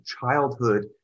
childhood